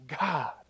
God